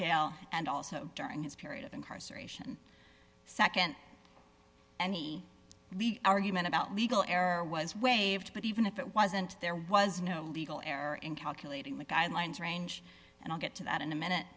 jail and also during his period of incarceration nd any argument about legal error was waived but even if it wasn't there was no legal error in calculating the guidelines range and i'll get to that in a minute